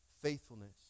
Faithfulness